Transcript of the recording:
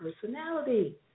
personality